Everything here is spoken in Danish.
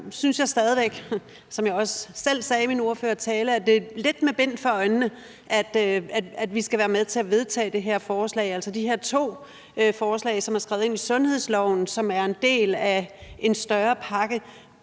synes jeg stadig væk, som jeg også selv sagde i min ordførertale, at det er lidt med bind for øjnene, at vi skal være med til at vedtage det her forslag, altså de her to forslag, som er skrevet ind i sundhedsloven, som er en del af en større pakke.